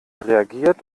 reagiert